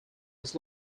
his